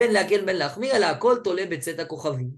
אין להקל ואין להחמיר, אלא הכל תולה בצאת הכוכבים